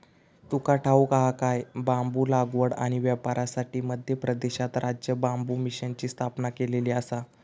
तुका ठाऊक हा काय?, बांबू लागवड आणि व्यापारासाठी मध्य प्रदेशात राज्य बांबू मिशनची स्थापना केलेली आसा